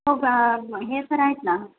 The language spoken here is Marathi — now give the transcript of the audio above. हो का हे सर आहेत ना